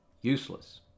useless